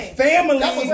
family